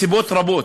הסיבות רבות,